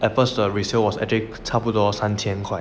apples 的 resale was 差不多三千块